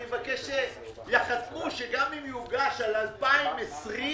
אני רוצה שיחתמו שגם אם יוגש על 2020 ב-2021,